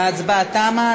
ההצבעה תמה.